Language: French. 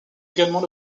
également